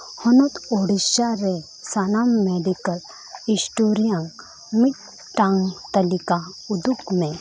ᱦᱚᱱᱚᱛ ᱩᱲᱤᱥᱥᱟᱨᱮ ᱥᱟᱱᱟᱢ ᱢᱮᱰᱤᱠᱮᱞ ᱥᱴᱳᱨ ᱨᱮᱭᱟᱜ ᱢᱤᱫᱴᱟᱝ ᱛᱟᱹᱞᱤᱠᱟ ᱩᱫᱩᱜ ᱢᱮ